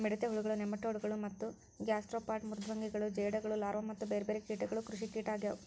ಮಿಡತೆ ಹುಳಗಳು, ನೆಮಟೋಡ್ ಗಳು ಮತ್ತ ಗ್ಯಾಸ್ಟ್ರೋಪಾಡ್ ಮೃದ್ವಂಗಿಗಳು ಜೇಡಗಳು ಲಾರ್ವಾ ಮತ್ತ ಬೇರ್ಬೇರೆ ಕೇಟಗಳು ಕೃಷಿಕೇಟ ಆಗ್ಯವು